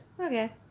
Okay